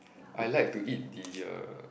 I like to eat the uh